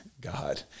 God